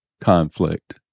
conflict